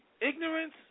ignorance